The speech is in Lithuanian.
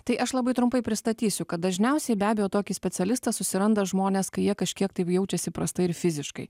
tai aš labai trumpai pristatysiu kad dažniausiai be abejo tokį specialistą susiranda žmonės kai jie kažkiek tai jaučiasi prastai ir fiziškai